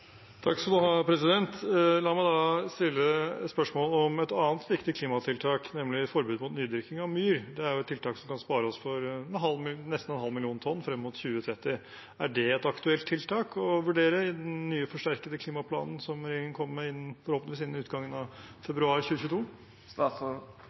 La meg da stille spørsmål om et annet viktig klimatiltak, nemlig forbud mot nydyrking av myr – det er et tiltak som kan spare oss for nesten en halv million tonn frem mot 2030. Er det et aktuelt tiltak å vurdere i den nye, forsterkede klimaplanen, som regjeringen kommer med forhåpentligvis innen utgangen av